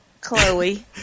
Chloe